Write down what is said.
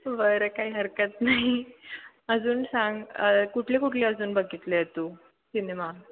बरं काही हरकत नाही अजून सांग कुठली कुठली अजून बघितले तू सिनेमा